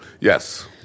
Yes